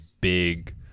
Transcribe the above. big